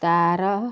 ତା'ର